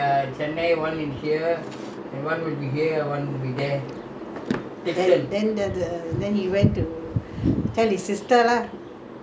then the the he went to tell his sister lah the sister propose uh அந்த:antha girl நீங்க சொல்லல:neengga sollala but happy already lah